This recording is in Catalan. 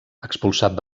expulsat